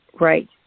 Right